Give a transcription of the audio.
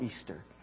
Easter